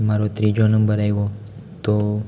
મારો ત્રીજો નંબર આવ્યો હતો